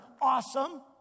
awesome